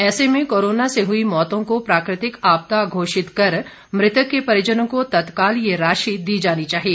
ऐसे में कोरोना से हुई मौतों को प्राकृतिक आपदा घोषित कर मृतक के परिजनों को तत्काल ये राशि दी जानी चाहिए